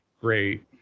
great